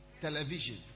television